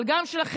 אבל גם שלכם,